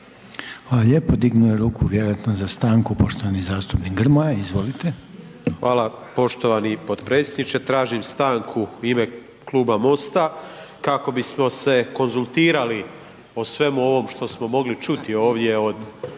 Hvala lijepa. Dignuo je ruku, vjerojatno za stanku poštovani zastupnik Grmoja. Izvolite. **Grmoja, Nikola (MOST)** Hvala poštovani potpredsjedniče. Tražim stanku u ime Kluba MOST-a kako bismo se konzultirali o svemu ovom što smo mogli čuti ovdje od